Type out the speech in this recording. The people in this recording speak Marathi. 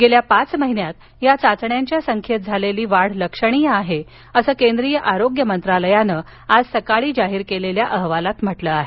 गेल्या पाच महिन्यात या चाचण्यांच्या संख्येत झालेली वाढ लक्षणीय आहे असं केंद्रीय आरोग्य मंत्रालयानं आज सकाळी जाहीर केलेल्या अहवालात म्हटलं आहे